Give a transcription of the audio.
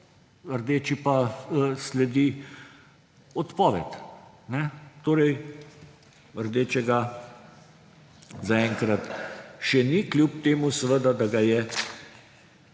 rdečemu pa sledi odpoved. Torej rdečega zaenkrat še ni, kljub temu da ga je